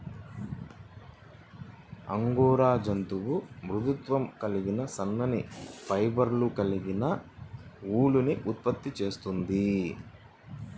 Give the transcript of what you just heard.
angora జంతువు మృదుత్వం కలిగిన సన్నని ఫైబర్లు కలిగిన ఊలుని ఉత్పత్తి చేస్తుంది